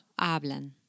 hablan